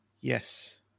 Yes